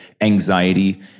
anxiety